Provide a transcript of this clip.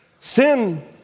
Sin